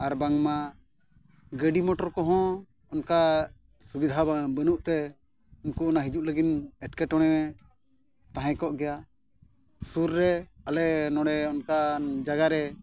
ᱟᱨ ᱵᱟᱝᱢᱟ ᱜᱟᱹᱰᱤ ᱠᱚᱦᱚᱸ ᱚᱱᱠᱟ ᱥᱩᱵᱤᱫᱷᱟ ᱢᱟ ᱵᱟᱹᱱᱩᱜᱛᱮ ᱩᱱᱠᱩ ᱚᱱᱟ ᱦᱤᱡᱩᱜ ᱞᱟᱹᱜᱤᱫ ᱮᱴᱠᱮᱴᱚᱬᱮ ᱛᱟᱦᱮᱸ ᱠᱚᱜ ᱜᱮᱭᱟ ᱥᱩᱨ ᱨᱮ ᱟᱞᱮ ᱱᱚᱰᱮ ᱚᱱᱠᱟᱱ ᱡᱟᱭᱜᱟ ᱨᱮ